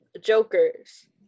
Jokers